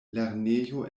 lernejo